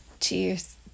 Cheers